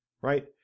right